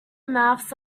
mouths